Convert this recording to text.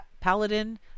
paladin